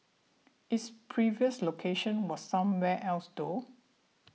its previous location was somewhere else though